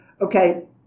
Okay